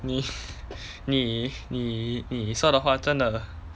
你你你你说的话真的